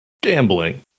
gambling